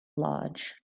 lodge